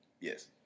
Yes